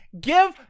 Give